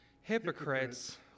Hypocrites